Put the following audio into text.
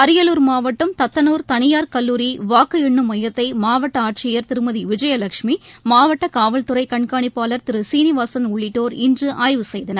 அரியலூர் மாவட்டம் தத்தனூர் தனியார் கல்லூரி வாக்கு எண்ணும் மையத்தை மாவட்ட ஆட்சியர் திருமதி விஜயலட்சுமி மாவட்ட காவல்துறை கண்காணிப்பாளர் திரு சீனிவாசன் உள்ளிட்டோர் இன்று ஆய்வு செய்தனர்